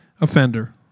offender